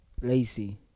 Lazy